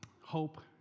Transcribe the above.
hope